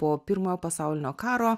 po pirmojo pasaulinio karo